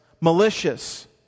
Malicious